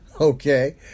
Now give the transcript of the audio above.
okay